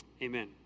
Amen